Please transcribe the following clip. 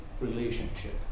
relationship